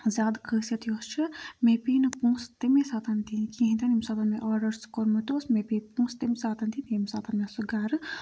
زیادٕ خٲصیت یۄس چھِ مےٚ پیٚیہِ نہٕ پونٛسہٕ تَمی ساتَن دِنۍ کِہیٖنۍ تہِ نہٕ ییٚمہِ ساتَن مےٚ آرڈَر سُہ کوٚرمُت اوس مےٚ پیٚیہِ پونٛسہٕ تٔمہِ ساتَن دِنۍ ییٚمہِ ساتَن مےٚ سُہ گَرٕ